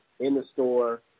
in-the-store